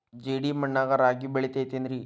ಜೇಡಿ ಮಣ್ಣಾಗ ರಾಗಿ ಬೆಳಿತೈತೇನ್ರಿ?